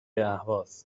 اهواز